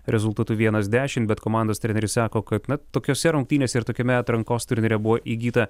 rezultatu vienas dešimt bet komandos treneris sako kad na tokiose rungtynėse ir tokiame atrankos turnyre buvo įgyta